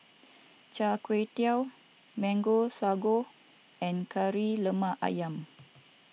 Chai Kuay Tow Mango Sago and Kari Lemak Ayam